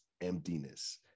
emptiness